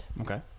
Okay